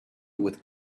with